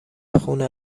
خونه